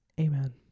Amen